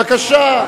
בבקשה.